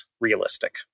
realistic